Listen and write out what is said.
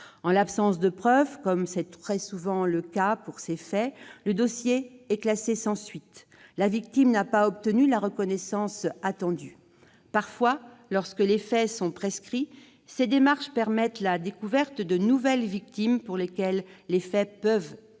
En l'absence de preuves, comme c'est très souvent le cas pour ces faits, le dossier est classé sans suite. La victime n'a pas obtenu la reconnaissance attendue. Parfois, lorsque les faits sont prescrits, le dépôt de plainte permet la découverte de nouvelles victimes, pour lesquelles les faits peuvent être